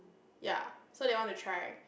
ya so they want to try